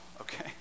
okay